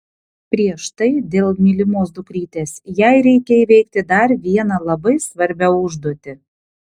prieš tai dėl mylimos dukrytės jai reikia įveikti dar vieną labai svarbią užduotį